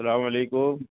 سلام علیکم